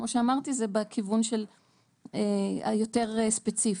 כמו שאמרתי זה בכיוון היותר ספציפי.